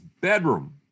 bedroom